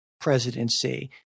presidency